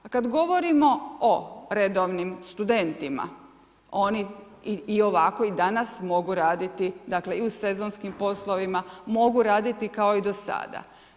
A kad govorimo o redovnim studentima oni i ovako i danas mogu raditi i u sezonskim poslovima, mogu raditi kao i do sada.